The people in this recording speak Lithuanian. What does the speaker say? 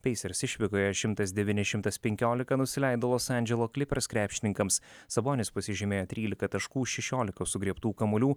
pacers išvykoje šimtas devyni šimtas penkiolika nusileido los andželo clippers krepšininkams sabonis pasižymėjo trylika taškų šešiolika sugriebtų kamuolių